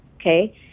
okay